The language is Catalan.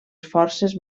forces